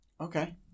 Okay